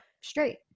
straight